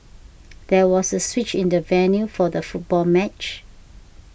there was a switch in the venue for the football match